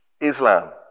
Islam